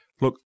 Look